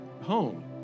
home